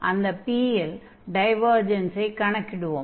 அந்த P ல் டைவர்ஜன்ஸை கணக்கிடுவோம்